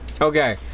Okay